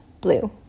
blue